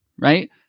right